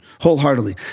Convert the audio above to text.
wholeheartedly